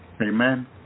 Amen